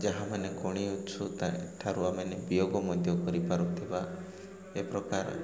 ଯାହା ମାନେ ଗଣି ଅଛୁ ତା' ଠାରୁ ଆମ ମାନେ ବିୟୋଗ ମଧ୍ୟ କରିପାରୁଥିବା ଏ ପ୍ରକାର